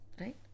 Right